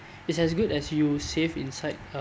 it's as good as you save inside a